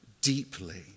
deeply